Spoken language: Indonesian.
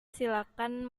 silakan